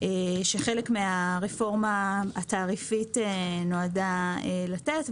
שחלק מן הרפורמה התעריפית נועדה לתת.